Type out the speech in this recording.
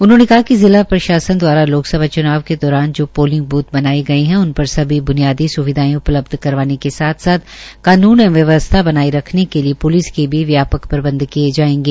उन्होंने कहा कि जिला प्रशासन द्वारा लोकसभा च्नाव के दौरान जो पोलिंग ब्थ बनाये गये है उन पर सभी ब्नियानी स्विधाएं उपलब्ध करवाने के साथ साथ कानून एवं व्यवस्था बनाये रखने के लिए प्लिस के भी व्यापक प्रबंध किये जायेंगे